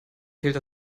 fehlt